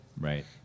Right